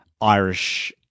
Irish